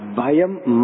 bayam